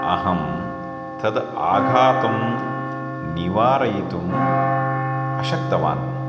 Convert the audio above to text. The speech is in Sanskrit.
अहं तत् आघातुं निवारयितुम् अशक्तवान्